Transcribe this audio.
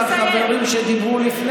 לא, אבל היו לך חברים שדיברו לפניי.